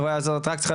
בשמחה.